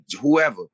whoever